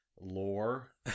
lore